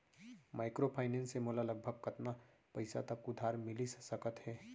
Microfinance से मोला लगभग कतना पइसा तक उधार मिलिस सकत हे?